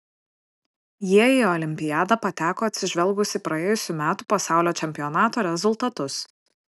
jie į olimpiadą pateko atsižvelgus į praėjusių metų pasaulio čempionato rezultatus